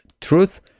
truth